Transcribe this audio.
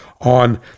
on